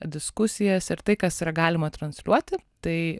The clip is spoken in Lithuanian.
diskusijas ir tai kas yra galima transliuoti tai